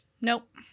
Nope